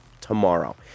tomorrow